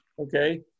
okay